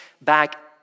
back